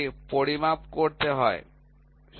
প্রধান ব্যাস এবং ছোট ব্যাস পরিমাপ করা যেতে পারে